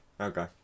okay